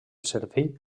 servei